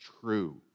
true